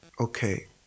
Okay